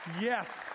yes